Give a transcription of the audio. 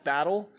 Battle